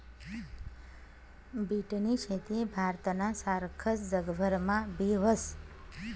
बीटनी शेती भारतना सारखस जगभरमा बी व्हस